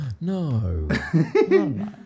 No